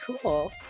Cool